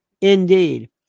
Indeed